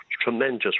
Tremendous